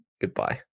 goodbye